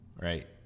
right